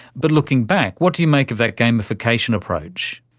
but looking back, what do you make of that gamification approach?